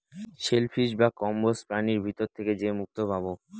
shell fish বা কম্বোজ প্রাণীর ভিতর থেকে যে মুক্তো পাবো